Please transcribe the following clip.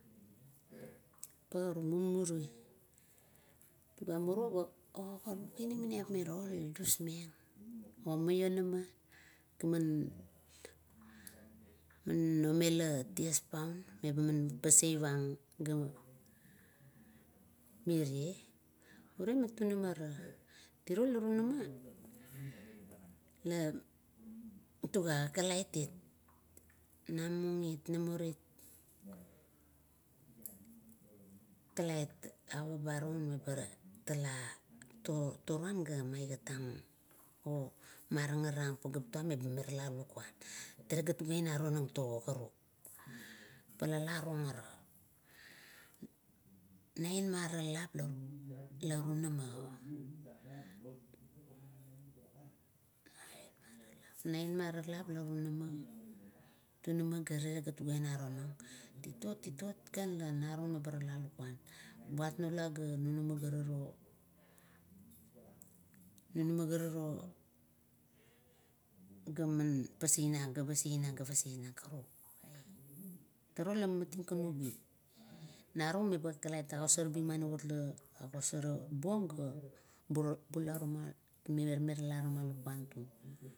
Pa mumuru, tuga uro ga tuga aga inamaniap miro, la dusmeng, omionama gaman omela tiew paun, meba man paseaivang ga mirie, ure man tunamara. Tiro la tunama la tuga kakalaitit nomurit, kalait alang barung meba tala torun, ga maigat tang, omaragarang pageap tuam meba tala lukuan. Talegat ina tonang tago, karuk, palala rung ara, naien ara mamaralap la tunamato, naien ara maralap la tunama, na ma ga ina gat tuga ina tonang. Titot, titot kan, narung meba rala toma lukuan, buat nula gat nunama ga guro, nunama gat ruruo, gaman pasing nang ga pasin nang, karuk. Turuo lamating kan ubi, narung meba agosar bung mani la agosor bung ga bula, tala toma lukuan tung